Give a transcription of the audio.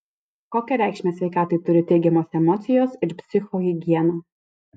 kokią reikšmę sveikatai turi teigiamos emocijos ir psichohigiena